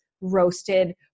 roasted